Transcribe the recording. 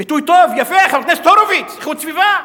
ביטוי טוב, יפה, חבר הכנסת הורוביץ, איכות סביבה.